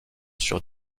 sur